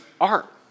art